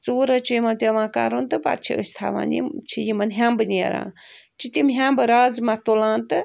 ژوٗر حظ چھِ یِمن پٮ۪وان کَرُن تہٕ پتہٕ چھِ أسۍ تھاوان یِم چھِ یِمن ہیٚمبہٕ نیران چھِ تِم ہیٚمبہٕ رازٕمہ تُلان تہٕ